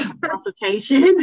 consultation